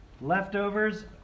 Leftovers